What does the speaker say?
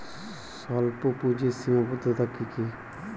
স্বল্পপুঁজির সীমাবদ্ধতা কী কী?